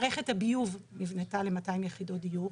מערכת הביוב נבנתה ל-200 יחידות דיור.